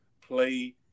play